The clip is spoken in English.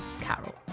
Carol